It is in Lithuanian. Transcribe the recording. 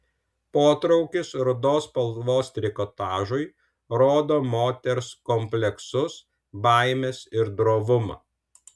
potraukis rudos spalvos trikotažui rodo moters kompleksus baimes ir drovumą